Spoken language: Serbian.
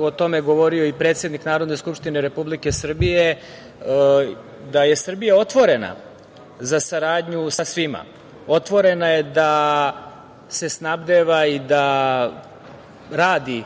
o tome je govorio i predsednik Narodne skupštine Republike Srbije, da je Srbija otvorena za saradnju sa svima. Otvorena je da se snabdeva i da radi